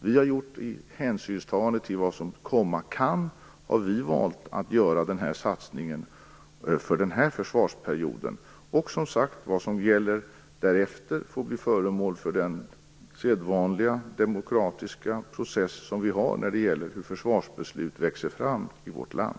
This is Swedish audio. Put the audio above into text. Vi har gjort hänsynstaganden till vad som komma kan, och vi har valt att göra den här satsningen för denna försvarsperiod. Vad som gäller därefter får bli föremål för den sedvanliga demokratiska process vi har när det gäller hur försvarsbeslut växer fram i vårt land.